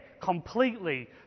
completely